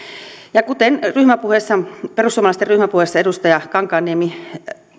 kuten perussuomalaisten ryhmäpuheessa edustaja kankaanniemi